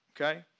Okay